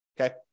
Okay